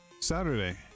saturday